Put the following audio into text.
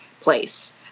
place